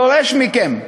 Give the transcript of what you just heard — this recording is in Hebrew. דורש מכם,